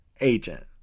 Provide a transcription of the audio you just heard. agent